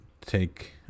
take